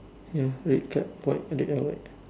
ya red cap white they are white